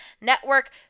network